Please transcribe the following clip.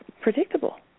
predictable